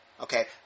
Okay